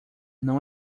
não